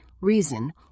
reason